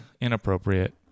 inappropriate